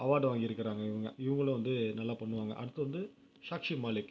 award வாங்கியிருக்கறாங்க இவங்க இவங்களும் வந்து நல்லா பண்ணுவாங்கள் அடுத்து வந்து சாக்ஷி மாலிக்